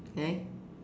okay